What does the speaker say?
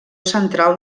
central